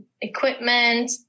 equipment